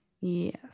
Yes